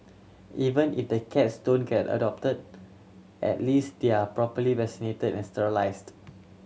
even if the cats don't get adopted at least they are properly vaccinated and sterilised